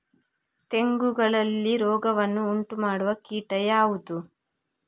ತೆಂಗುಗಳಲ್ಲಿ ರೋಗವನ್ನು ಉಂಟುಮಾಡುವ ಕೀಟ ಯಾವುದು?